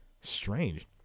Strange